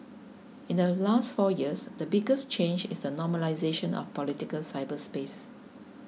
in the last four years the biggest change is the normalisation of political cyberspace